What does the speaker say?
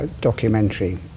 Documentary